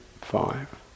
five